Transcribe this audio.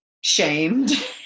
shamed